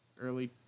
Early